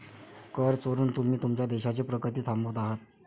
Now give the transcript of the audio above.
कर चोरून तुम्ही तुमच्या देशाची प्रगती थांबवत आहात